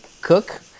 cook